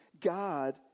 God